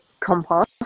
compost